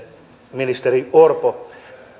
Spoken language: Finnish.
ministeri orpolla